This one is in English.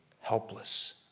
helpless